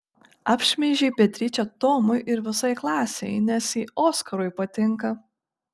apšmeižei beatričę tomui ir visai klasei nes ji oskarui patinka